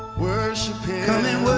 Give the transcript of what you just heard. worship him come and